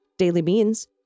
DAILYBEANS